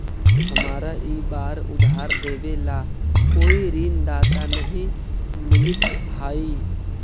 हमारा ई बार उधार देवे ला कोई ऋणदाता नहीं मिलित हाई